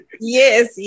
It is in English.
Yes